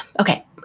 Okay